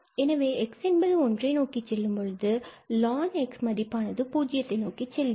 எனவே x என்பது ஒன்றை நோக்கி செல்லும் பொழுது lnx மதிப்பானது பூஜ்ஜியத்தை நோக்கி செல்கிறது